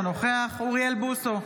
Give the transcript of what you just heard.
אינו נוכח אוריאל בוסו,